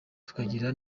tukagira